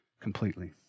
completely